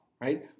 right